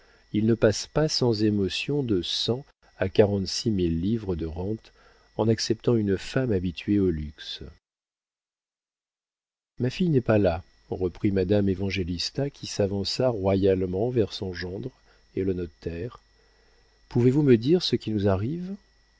il ne passe pas sans émotion de cent à quarante-six mille livres de rentes en acceptant une femme habituée au luxe ma fille n'est pas là reprit madame évangélista qui s'avança royalement vers son gendre et le notaire pouvez-vous me dire ce qui nous arrive